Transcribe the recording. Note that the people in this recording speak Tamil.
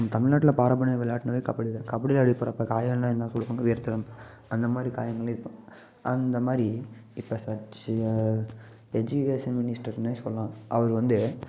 நம்ம தமிழ்நாட்டில பாரம்பரிய விளையாட்னாவே கபடி தான் கபடியில அடிப்பட்றப்போ காயம் எல்லாம் என்ன சொல்வாங்க வீரத்தழும்பு அந்த மாரி காயங்கள் இருக்கும் அந்த மாரி இப்போ எஜிகேஷன் மினிஸ்டர்னே சொல்லாம் அவர் வந்து